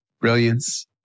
Brilliance